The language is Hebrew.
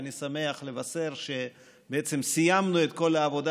ואני שמח לבשר שבעצם סיימנו את כל העבודה